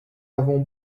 avons